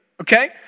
okay